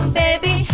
baby